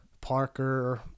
Parker